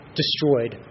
destroyed